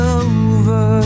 over